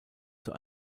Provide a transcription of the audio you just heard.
zur